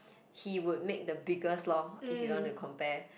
he would make the biggest loh if you want to compare